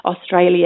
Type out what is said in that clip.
Australia